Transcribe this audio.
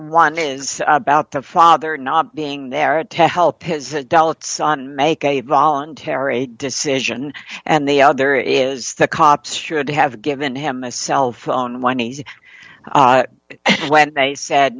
one is about the father not being there at ten helped his adult son make a voluntary decision and the other is the cops should have given him a cell phone when he when they said